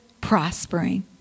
prospering